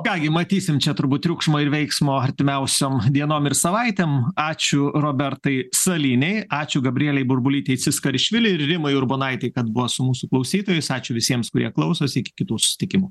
ką gi matysim čia turbūt triukšmo ir veiksmo artimiausiom dienom ir savaitėm ačiū robertai salynei ačiū gabrielei burbulytei tsiskarišvili ir rimai urbonaitei kad buvo su mūsų klausytojais ačiū visiems kurie klausosi iki kitų susitikimų